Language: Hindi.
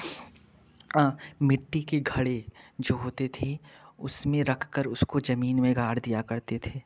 मिट्टी के घड़े जो होते थे उसमें रखकर उसको ज़मीन में गाड़ दिया करते थे